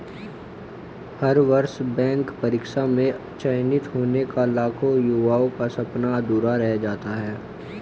हर वर्ष बैंक परीक्षा में चयनित होने का लाखों युवाओं का सपना अधूरा रह जाता है